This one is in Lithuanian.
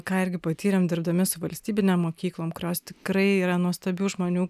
ką irgi patyrėm dirbdami su valstybinėm mokyklom kurios tikrai yra nuostabių žmonių